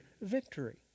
victory